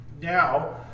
Now